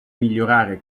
migliorare